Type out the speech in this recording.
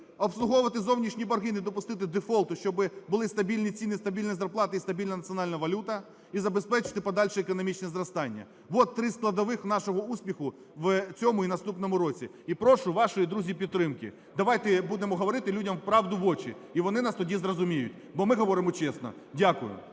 обслуговувати зовнішні борги, не допустити дефолту, щоб були стабільні ціни, стабільні зарплати і стабільна національна валюта і забезпечити подальше економічне зростання. От три складових нашого успіху в цьому і наступному році. І прошу вашої, друзі, підтримки. Давайте будемо говорити людям правду в очі і вони нас тоді зрозуміють, бо ми говоримо чесно. Дякую.